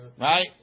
Right